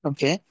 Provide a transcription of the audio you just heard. Okay